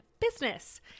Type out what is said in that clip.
business